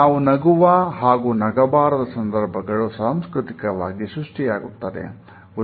ನಾವು ನಗುವ ಹಾಗೂ ನಗಬಾರದ ಸಂದರ್ಭಗಳು ಸಾಂಸ್ಕೃತಿಕವಾಗಿ ಸೃಷ್ಟಿಯಾಗುತ್ತದೆ